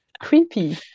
Creepy